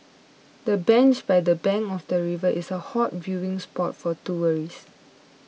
the bench by the bank of the river is a hot viewing spot for tourists